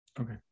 Okay